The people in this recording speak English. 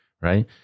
right